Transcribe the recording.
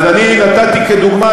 אז אני נתתי כדוגמה,